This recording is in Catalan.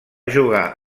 jugar